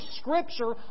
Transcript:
scripture